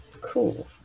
cool